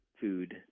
food